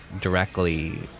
directly